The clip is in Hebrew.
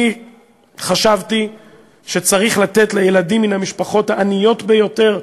אני חשבתי שצריך לתת לילדים מהמשפחות העניות ביותר,